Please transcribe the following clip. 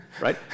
right